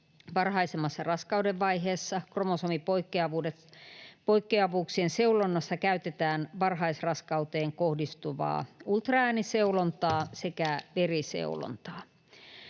varhaisemmassa raskauden vaiheessa, kromosomipoikkeavuuksien seulonnassa käytetään varhaisraskauteen kohdistuvaa ultraääniseulontaa sekä veriseulontaa.